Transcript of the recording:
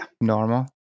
normal